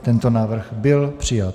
Tento návrh byl přijat.